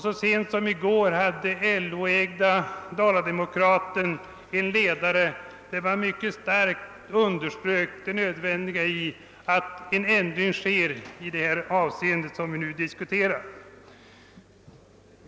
Så sent som i går hade LO-ägda Dala-Demokraten en ledare där man mycket starkt under strök nödvändigheten av att en ändring sker i det som vi nu diskuterar.